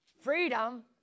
freedom